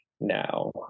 now